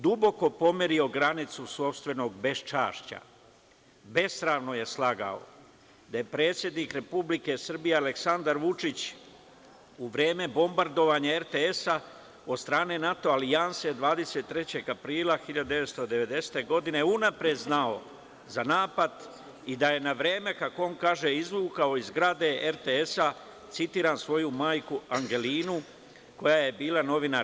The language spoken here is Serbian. On je duboko pomerio granicu sopstvenog bezčašća, besramno je slagao da je predsednik Republike Aleksadar Vučić, u vreme bombardovanja RTS od strane NATO alijanse 23. aprila 1999. godine unapred znao za napad i da je na vreme, kako on kaže, izvukao iz zgrade RTS-a „svoju majku Angelinu“, koja je bila novinar.